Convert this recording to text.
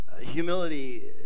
Humility